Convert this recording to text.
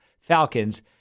Falcons